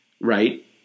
Right